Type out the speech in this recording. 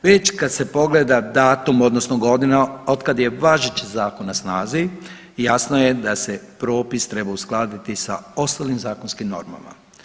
Već kad se pogleda datum odnosno godina od kad je važeći zakon na snazi jasno je da se propis treba uskladiti sa ostalim zakonskim normama.